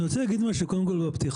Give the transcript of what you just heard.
אני רוצה להגיד משהו קודם כל בפתיחה,